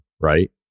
right